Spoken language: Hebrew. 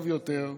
טוב יותר,